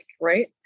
Right